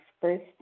first